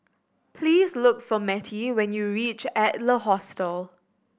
please look for Mettie when you reach Adler Hostel